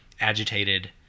agitated